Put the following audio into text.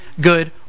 good